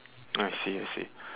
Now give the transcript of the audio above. ah I see I see